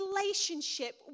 relationship